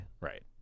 Right